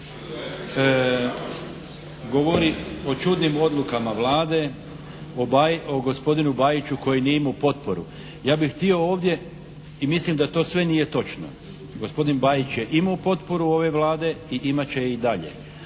govori o čudnim odlukama Vlade, o gospodinu Bajiću koji nije imao potporu. Ja bih htio ovdje i mislim da to sve nije točno. Gospodin Bajić je imao potporu ove Vlade i imat će je i dalje,